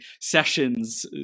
sessions